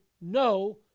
no